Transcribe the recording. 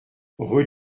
rue